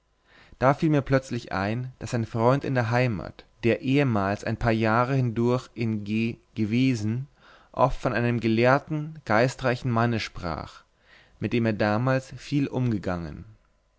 da fiel mir plötzlich ein daß ein freund in der heimat der ehemals ein paar jahre hindurch in g gewesen oft von einem gelehrten geistreichen manne sprach mit dem er damals viel umgegangen